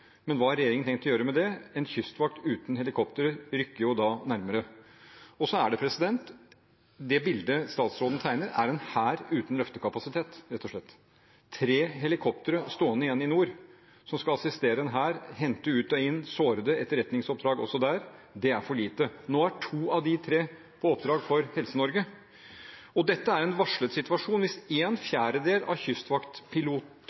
Men hva har regjeringen tenkt å gjøre med det? En kystvakt uten helikoptre rykker jo da nærmere. Det bildet statsråden tegner, er en hær uten løftekapasitet, rett og slett, med tre helikoptre stående igjen i nord som skal assistere en hær, hente ut og inn sårede, og etterretningsoppdrag også der – det er for lite. Nå er to av de tre på oppdrag for Helse-Norge. Og dette er en varslet situasjon. Hvis en